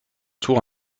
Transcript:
tour